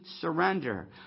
surrender